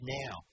now